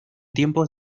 tiempos